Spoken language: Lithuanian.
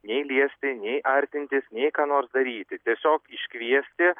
nei liesti nei artintis nei ką nors daryti tiesiog iškviesti